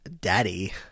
daddy